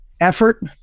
Effort